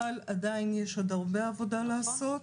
אבל עדיין יש עוד הרבה עבודה לעשות.